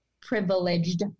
privileged